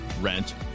rent